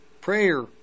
prayer